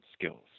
skills